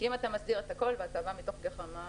כי אם אתה מסדיר הכול ואתה בא מתוך רעיון